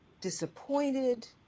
disappointed